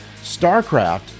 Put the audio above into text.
StarCraft